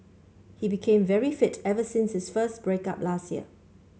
he became very fit ever since his first break up last year